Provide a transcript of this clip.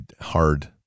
hard